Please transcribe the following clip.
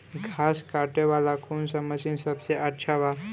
घास काटे वाला कौन मशीन सबसे अच्छा बा?